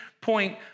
point